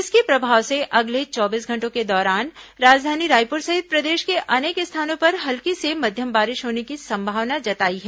इसके प्रभाव से अगले चौबीस घंटों के दौरान राजधानी रायपुर सहित प्रदेश के अनेक स्थानों पर हल्की से मध्यम बारिश होने की संभावना जताई है